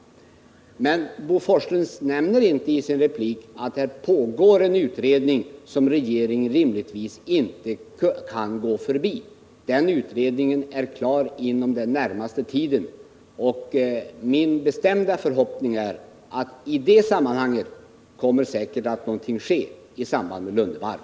Men Bo Forslund nämner inte i sin replik att det pågår en utredning, som regeringen rimligtvis inte kan gå förbi. Den utredningen blir klar inom den närmaste tiden. Min bestämda förhoppning är att det i det sammanhanget säkert kommer att ske någonting med Lunde Varv.